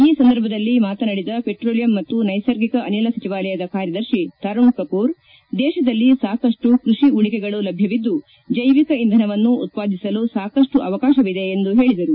ಈ ಸಂದರ್ಭದಲ್ಲಿ ಮಾತನಾಡಿದ ಪೆಟ್ರೋಲಿಯಂ ಮತ್ತು ನೈಸರ್ಗಿಕ ಅನಿಲ ಸಚಿವಾಲಯದ ಕಾರ್ಯದರ್ಶಿ ತರುಷ್ಕಪೂರ್ ದೇಶದಲ್ಲಿ ಸಾಕಷ್ಟು ಕೃಷಿ ಉಳಿಕೆಗಳು ಲಭ್ಯವಿದ್ದು ಜೈವಿಕ ಇಂಧನವನ್ನು ಉತ್ಪಾದಿಸಲು ಸಾಕಷ್ನು ಅವಕಾಶವಿದೆ ಎಂದು ಹೇಳಿದರು